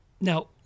now